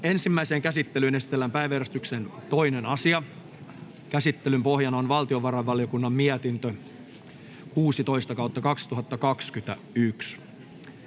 Ensimmäiseen käsittelyyn esitellään päiväjärjestyksen 3. asia. Käsittelyn pohjana on lakivaliokunnan mietintö LaVM